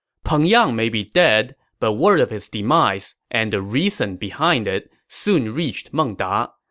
peng yang may be dead, but word of his demise, and the reason behind it, soon reached meng da.